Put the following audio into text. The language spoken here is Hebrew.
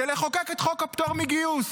זה לחוקק את חוק הפטור מגיוס.